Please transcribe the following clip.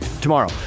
Tomorrow